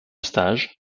stage